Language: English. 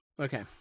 Okay